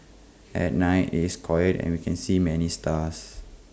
at night IT is quiet and we can see many stars